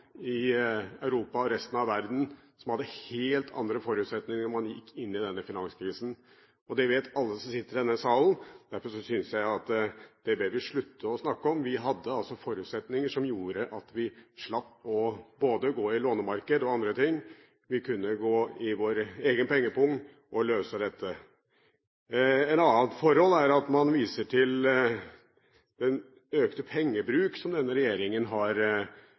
forutsetninger da man gikk inn i denne finanskrisen. Det vet alle som sitter i denne salen. Derfor synes jeg vi bør slutte å snakke om det. Vi hadde forutsetninger som gjorde at vi slapp både å gå ut på lånemarkedet og andre ting; vi kunne gå i vår egen pengepung og løse dette. Et annet forhold er at man viser til den økte pengebruk som denne regjeringen har